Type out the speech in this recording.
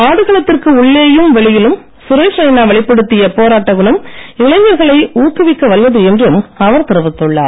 ஆடுகளத்திற்கு உள்ளேயும் வெளியிலும் சுரேஷ் ரைனா வெளிப்படுத்திய போராட்ட குணம் இளைஞர்களை ஊக்குவிக்க வல்லது என்றும் அவர் தெரிவித்துள்ளார்